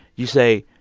you say,